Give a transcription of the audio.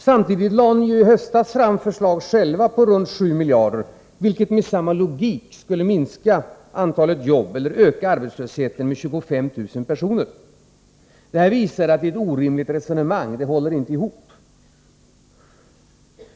Men i höstas lade ni själva fram förslag om besparingar på runt 7 miljarder, vilket med samma logik skulle minska antalet jobb och öka arbetslösheten med 25 000 personer. Det visar att det är ett orimligt resonemang. Det går inte ihop.